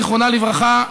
זיכרונה לברכה,